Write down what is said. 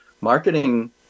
marketing